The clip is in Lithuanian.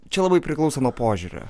čia labai priklauso nuo požiūrio